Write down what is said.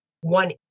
one